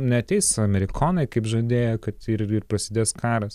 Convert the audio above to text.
neateis amerikonai kaip žadėjo kad ir ir prasidės karas